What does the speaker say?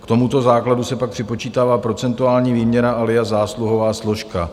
K tomuto základu se pak připočítává procentuální výměra alias zásluhová složka.